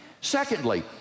Secondly